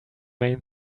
main